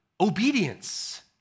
obedience